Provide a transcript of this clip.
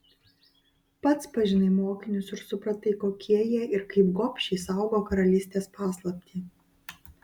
pats pažinai mokinius ir supratai kokie jie ir kaip gobšiai saugo karalystės paslaptį